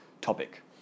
topic